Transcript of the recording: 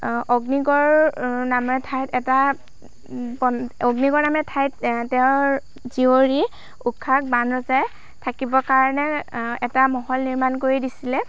অগ্নিগড় নামে ঠাইত এটা অগ্নিগড় নামে ঠাইত তেওঁৰ জীয়ৰী ঊষাক বানৰজাই থাকিবৰ কাৰণে এটা মহল নিৰ্মাণ কৰি দিছিলে